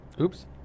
Oops